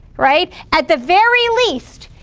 right? at the very least,